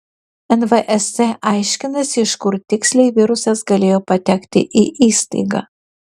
nvsc aiškinasi iš kur tiksliai virusas galėjo patekti į įstaigą